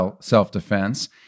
self-defense